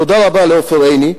תודה רבה לעופר עיני,